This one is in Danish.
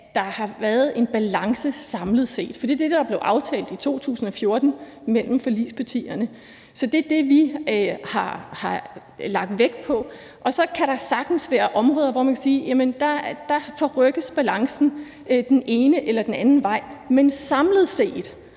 set har været en balance, for det var det, der blev aftalt i 2014 mellem forligspartierne. Så det er det, vi har lagt vægt på. Så kan der sagtens være områder, hvor man kan sige: Der forrykkes balancen den ene eller den anden vej, men samlet set